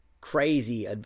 crazy